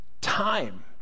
time